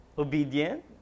Obedient